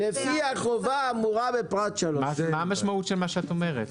"לפי החובה האמורה בפרט 3". מה המשמעות של מה שאת אומרת?